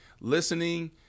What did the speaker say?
listening